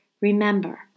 remember